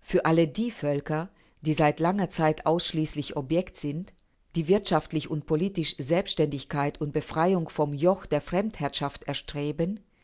für alle die völker die seit langer zeit ausschließlich objekt sind die wirtschaftlich und politisch selbständigkeit und befreiung vom joch der fremdherrschaft erstreben